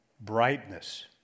brightness